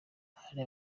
hari